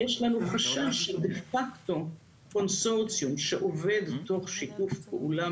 יש לנו חשש שדה פקטו קונסורציום שעובד תוך שיתוף פעולה